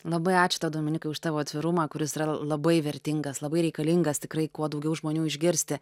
labai ačiū tau dominikai už tavo atvirumą kuris yra labai vertingas labai reikalingas tikrai kuo daugiau žmonių išgirsti